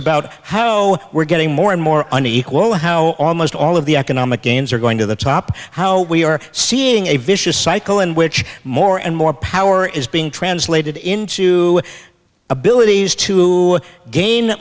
about how we're getting more and more unequal how almost all of the economic gains are going to the top how we are seeing a vicious cycle in which more and more power is being translated into abilities to gain